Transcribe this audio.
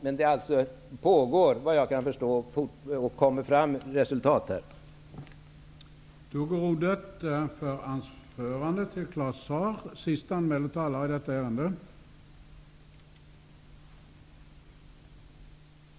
Såvitt jag förstår pågår det en utredning, och det kommer att redovisas resultat av denna.